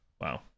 Wow